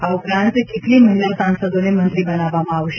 આ ઉપરાંત કેટલી મહિલા સાંસદોને મંત્રી બનાવવામાં આવશે